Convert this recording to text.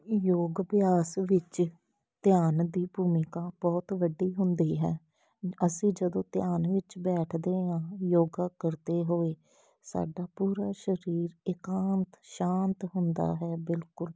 ਯੋਗ ਅਭਿਆਸ ਵਿੱਚ ਧਿਆਨ ਦੀ ਭੂਮਿਕਾ ਬਹੁਤ ਵੱਡੀ ਹੁੰਦੀ ਹੈ ਅਸੀਂ ਜਦੋਂ ਧਿਆਨ ਵਿੱਚ ਬੈਠਦੇ ਹਾਂ ਯੋਗਾ ਕਰਦੇ ਹੋਏ ਸਾਡਾ ਪੂਰਾ ਸਰੀਰ ਇਕਾਂਤ ਸ਼ਾਂਤ ਹੁੰਦਾ ਹੈ ਬਿਲਕੁਲ